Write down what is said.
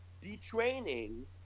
detraining